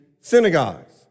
synagogues